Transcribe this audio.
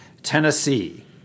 Tennessee